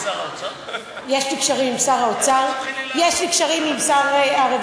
יש לך קשרים עם שר האוצר?